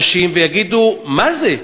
אנשים, ויגידו: מה זה?